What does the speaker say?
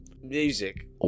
Music